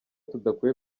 tudakwiye